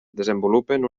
desenvolupen